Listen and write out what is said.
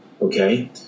okay